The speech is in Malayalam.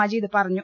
മജീദ് പറഞ്ഞു